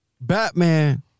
Batman